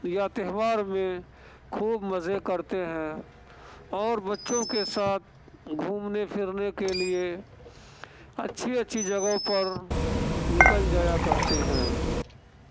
یا تہوار میں خوب مزے کرتے ہیں اور بچوں کے ساتھ گھومنے پھرنے کے لیے اچھی اچھی جگہوں پر نکل جایا کرتے ہیں